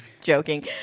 joking